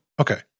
Okay